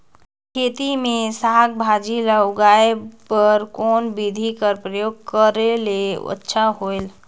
खेती मे साक भाजी ल उगाय बर कोन बिधी कर प्रयोग करले अच्छा होयल?